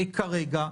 כרגע.